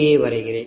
ஐ வரைகிறேன்